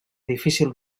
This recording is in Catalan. difícil